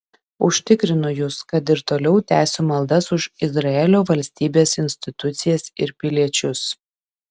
užtikrinu jus kad ir toliau tęsiu maldas už izraelio valstybės institucijas ir piliečius